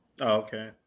Okay